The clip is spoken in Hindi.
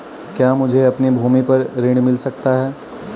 क्या मुझे अपनी भूमि पर ऋण मिल सकता है?